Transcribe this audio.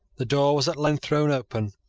the door was at length thrown open,